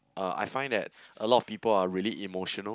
uh I find that a lot of people are really emotional